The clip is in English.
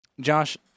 Josh